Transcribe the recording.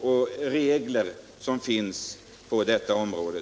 och regler som finns på detta område.